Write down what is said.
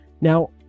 now